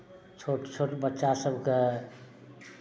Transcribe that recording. छोट छोट बच्चासभकेँ